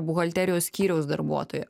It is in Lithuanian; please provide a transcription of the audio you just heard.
buhalterijos skyriaus darbuotoją